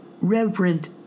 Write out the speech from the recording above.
Reverend